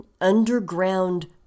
underground